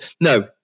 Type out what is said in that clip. no